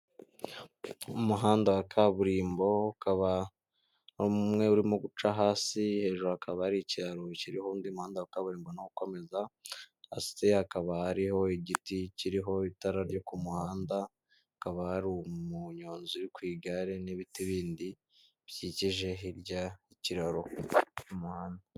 Umuhanda wa kaburimbo ukaba umwe urimo guca hasi hejuru hakaba ari ikiro kiriho undi muhanda wa kaburimbo ukomeza, hasi hakaba hari igiti kiriho itara ryo ku muhanda, hakaba hari umunyonzi uri ku igare, n'ibiti bindi byikije hirya y'ikirararo ku muhanda.